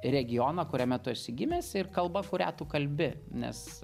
regioną kuriame tu esi gimęs ir kalbą kuria tu kalbi nes